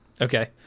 Okay